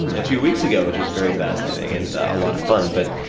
a few weeks ago, which was very fascinating. and, a lot of fun. but,